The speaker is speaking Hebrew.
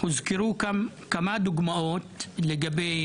הוזכרו כאן כמה דוגמאות לגבי